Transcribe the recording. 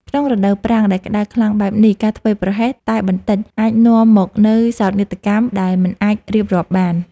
ក្នុងរដូវប្រាំងដែលក្តៅខ្លាំងបែបនេះ ការធ្វេសប្រហែសតែបន្តិចអាចនាំមកនូវសោកនាដកម្មដែលមិនអាចរៀបរាប់បាន។